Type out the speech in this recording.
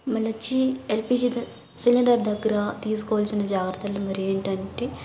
మళ్ళొచ్చి LPG the cylinder దగ్గర తీసుకోవల్సిన జాగ్రత్తలు మరి ఏంటంటే